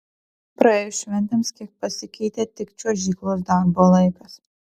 praėjus šventėms kiek pasikeitė tik čiuožyklos darbo laikas